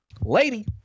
Lady